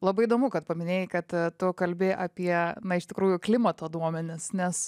labai įdomu kad paminėjai kad tu kalbi apie na iš tikrųjų klimato duomenis nes